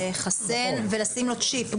לחסן ולשים לו שבב.